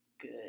Good